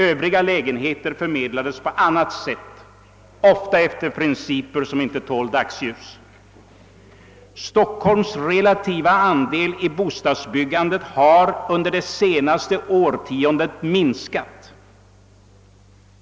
Övriga lägenheter förmedlades på annat sätt, ofta efter principer som inte tål dagsljus. Stockholms relativa andel i bostadsbyggandet har under det senaste årtiondet minskat.